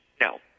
No